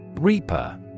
Reaper